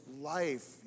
life